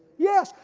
yes.